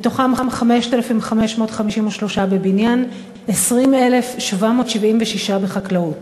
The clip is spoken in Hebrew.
ומתוכם 5,553 עובדים בבניין ו-20,776 בחקלאות.